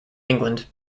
england